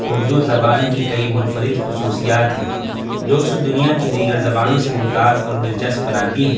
اردو زبان کی کئی منفرد خصوصیات ہیں جو اسے دنیا کی دیگر زبانوں سے ممتاز اور دلچسپ بناتی ہیں